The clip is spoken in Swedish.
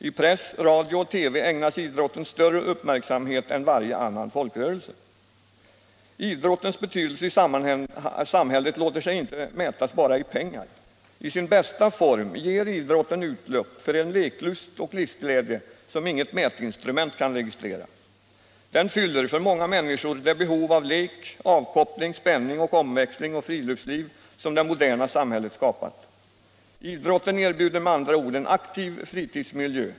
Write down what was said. I press, radio och TV ägnas idrotten större uppmärksamhet än varje annan folkrörelse. Idrottens betydelse i samhället låter sig inte mätas bara i pengar. I sin bästa form ger idrotten utlopp för en leklust och livsglädje som inget mätinstrument kan registrera. Den fyller för många människor det behov av lek, avkoppling, spänning, omväxling och friluftsliv som det moderna samhället skapat. Idrotten erbjuder med andra ord en aktiv fritidsmiljö.